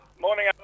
Morning